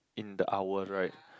in the hour right